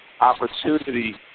opportunity